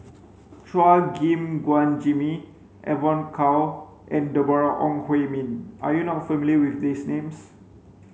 Chua Gim Guan Jimmy Evon Kow and Deborah Ong Hui Min are you not familiar with these names